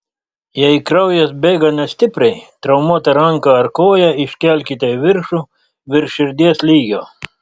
jei kraujas bėga nestipriai traumuotą ranką ar koją iškelkite į viršų virš širdies lygio